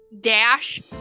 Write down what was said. dash